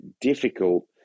difficult